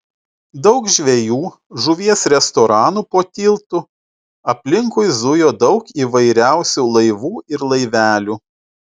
daug žvejų žuvies restoranų po tiltu aplinkui zujo daug įvairiausių laivų ir laivelių